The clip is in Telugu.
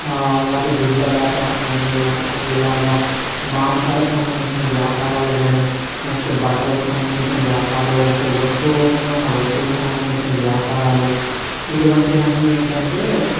వాటి గుడ్ల వ్యాపారం గాని లేకపోతే ఇలాగ మాంసాలకు సంబంధించిన వ్యాపారాలు కాని నెక్స్ట్ బట్టలకు సంబంధించిన వ్యాపారం లేకపోతే వస్తువు రూపంలో ఉన్న వస్తువుకి సంబంధించిన వ్యాపారాలు ఇటువంటి వన్నీ ఏంటంటే